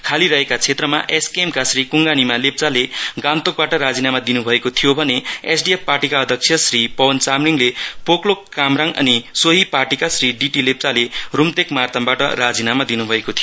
खाली रहेका क्षेत्रमा एसकेएमका श्री कुङगा निमा लेप्चाले गान्तोकबाट राजिनामा दिनुभएको थियो भने एसडीएफ पार्टीका अध्यक्ष श्री पवन चामलिङले पोकलोक कामराङ अनि सोही पार्टीका श्री डीटी लेप्चाले रूम्तेक मार्तामबाट राजिना दिनुभएको थियो